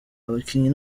abakinnyi